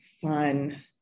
fun